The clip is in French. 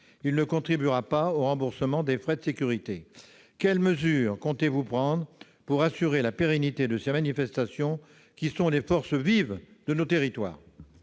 Il ne contribuera pas au remboursement des frais de sécurité. Quelles mesures comptez-vous prendre, monsieur le ministre, pour assurer la pérennité de ces manifestations, qui sont les forces vives de nos territoires ?